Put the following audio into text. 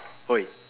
Wei